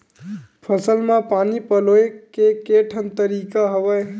फसल म पानी पलोय के केठन तरीका हवय?